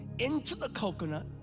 into the coconut,